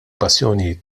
passjoni